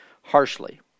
harshly